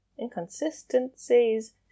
inconsistencies